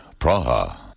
Praha